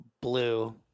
Blue